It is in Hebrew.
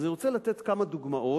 אז אני רוצה לתת כמה דוגמאות,